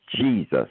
Jesus